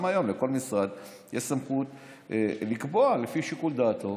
גם היום לכל משרד יש סמכות לקבוע, לפי שיקול דעתו,